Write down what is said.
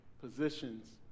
positions